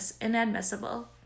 inadmissible